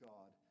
God